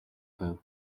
байв